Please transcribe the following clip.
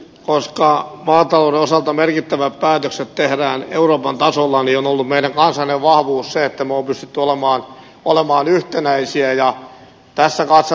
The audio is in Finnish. koska maatalouden osalta merkittävät päätökset tehdään euroopan tasolla niin on ollut meidän kansallinen vahvuutemme se että me olemme pystyneet olemaan yhtenäisiä